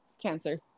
Cancer